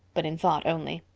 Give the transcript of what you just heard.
but in thought only.